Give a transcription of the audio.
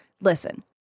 Listen